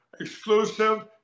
exclusive